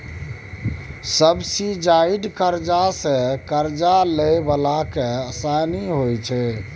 subsidised करजा सँ करजा लए बला केँ आसानी होइ छै